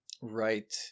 Right